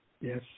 Yes